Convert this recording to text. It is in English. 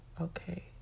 okay